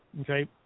okay